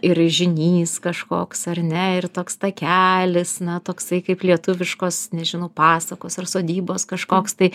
ir raižinys kažkoks ar ne ir toks takelis na toksai kaip lietuviškos nežinau pasakos ar sodybos kažkoks tai